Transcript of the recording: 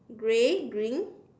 grey green